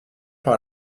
par